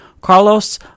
Carlos